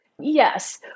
Yes